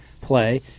play